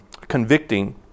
convicting